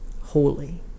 holy